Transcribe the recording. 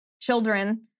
children